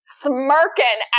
smirking